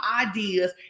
ideas